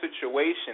situation